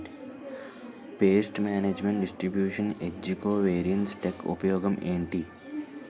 paste management distribution ఏజ్జి covariance technique ఉపయోగం ఏంటి